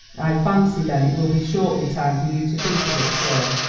i fancy then it will be shortly time for you to think of it, sir!